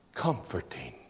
comforting